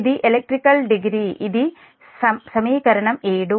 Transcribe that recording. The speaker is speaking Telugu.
ఇది ఎలక్ట్రికల్ డిగ్రీ ఇది సమీకరణం 7